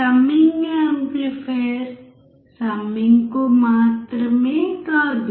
summing amplifier సమ్మింగ్కూ మాత్రమే కాదు